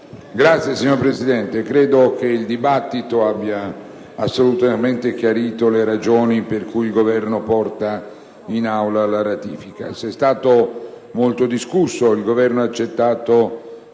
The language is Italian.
esteri*. Signor Presidente, credo che il dibattito abbia assolutamente chiarito le ragioni per cui il Governo porta in Aula la ratifica. Si è discusso molto; il Governo ha accettato